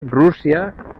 rússia